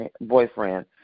boyfriend